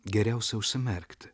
geriausia užsimerkti